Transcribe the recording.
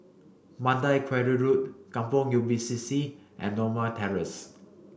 Mandai Quarry Road Kampong Ubi C C and Norma Terrace